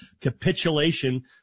capitulation